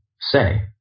say